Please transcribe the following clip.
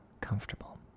comfortable